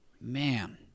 man